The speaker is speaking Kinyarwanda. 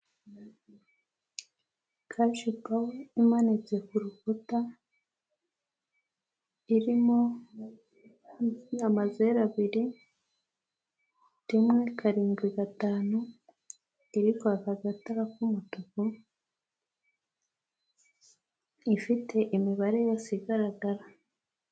Kashi pawa imanitse kuru rukuta, irimo amazeru abiri, rimwe karindwi gatanu, iriri kwaka agatara k'umutuku, ifite imibare yose igaragara.